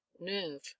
nerve